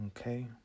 Okay